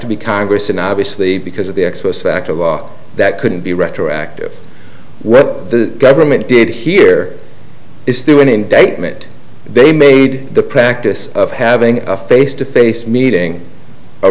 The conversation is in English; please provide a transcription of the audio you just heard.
to be congress and obviously because of the ex post facto law that couldn't be retroactive what the government did here is through an indictment they made the practice of having a face to face meeting a